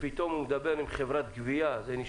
פתאום הוא מדבר עם חברת גבייה ולא עם הרשות.